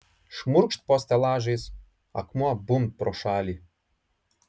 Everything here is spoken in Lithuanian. šmurkšt po stelažais akmuo bumbt pro šalį